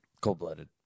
Cold-blooded